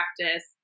practice